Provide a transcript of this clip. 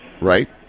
Right